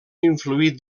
influir